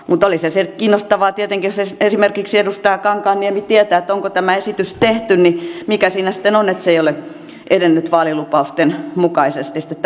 mutta olisihan se kiinnostavaa tietenkin jos esimerkiksi edustaja kankaanniemi tietää onko tämä esitys tehty ja mikä siinä sitten on että ei ole edennyt vaalilupausten mukaisesti sitten